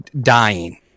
dying